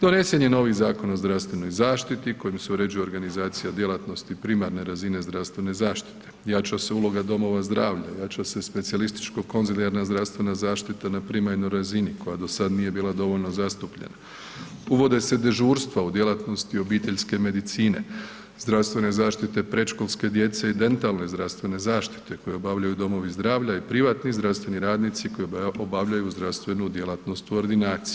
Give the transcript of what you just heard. Donesen je novi Zakon o zdravstvenoj zaštiti kojim se uređuje organizacija djelatnosti primarne razine zdravstvene zaštite, jača se uloga domova zdravlja, jača se specijalističko konzilijarna zdravstvena zaštita na primarnoj razini koja do sad nije bila dovoljno zastupljena, uvode se dežurstva u djelatnosti obiteljske medicine, zdravstvene zaštite predškolske djece i dentalne zdravstvene zaštite koju obavljaju domovi zdravlja i privatni zdravstveni radnici koji obavljaju zdravstvenu djelatnost u ordinaciji.